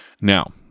Now